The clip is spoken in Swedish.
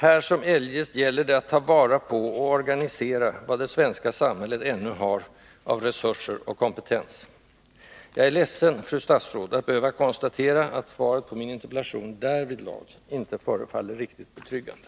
Här som eljest gäller det att ta vara på och organisera vad det svenska samhället ännu har av resurser och kompetens. Jag är ledsen, fru statsråd, att behöva konstatera att svaret på min interpellation därvidlag inte förefaller riktigt betryggande.